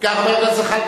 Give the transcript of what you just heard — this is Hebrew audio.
חבר הכנסת זחאלקה,